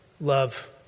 love